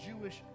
Jewish